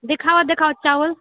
देखावऽ देखावऽ चावल